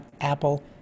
Apple